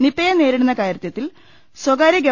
നിപയെ നേരിടുന്ന കാര്യത്തിൽ സ്വകാര്യ ഗ്വ